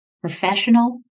Professional